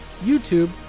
YouTube